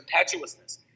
impetuousness